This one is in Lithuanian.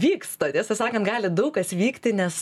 vyksta tiesą sakan gali daug kas vykti nes